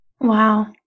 Wow